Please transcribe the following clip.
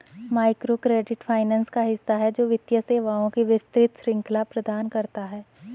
microcredit finance का हिस्सा है, जो वित्तीय सेवाओं की विस्तृत श्रृंखला प्रदान करता है